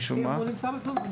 הוא נמצא בזום?